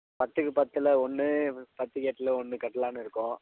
பத்துக்கு பத்தில் ஒன்று பத்துக்கு எட்டில் ஒன்று கட்டலாம்னு இருக்கோம்